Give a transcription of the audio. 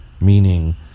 Meaning